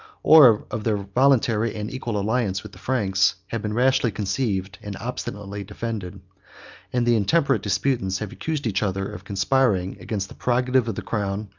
or of their voluntary and equal alliance with the franks, have been rashly conceived, and obstinately defended and the intemperate disputants have accused each other of conspiring against the prerogative of the crown,